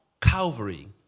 Calvary